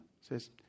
says